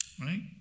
right